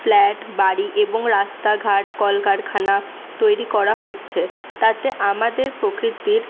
flat বাড়ি এবং রাস্তাঘাট কলকারখানা তৈরি করা হচ্ছে তাতে আমাদের প্রকৃতির